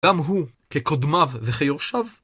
גם הוא, כקודמיו וכיורשיו